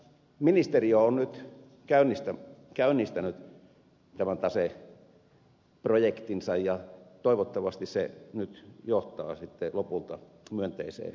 valtiovarainministeriö on nyt käynnistänyt tämän taseprojektinsa ja toivottavasti se nyt johtaa sitten lopulta myönteiseen lopputulokseen